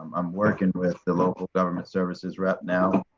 i'm working with the local government services rep now.